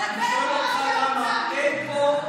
אל תפגע בכבוד שלה,